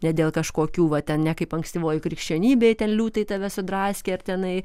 ne dėl kažkokių va ten ne kaip ankstyvoj krikščionybėj ten liūtai tave sudraskė ar tenai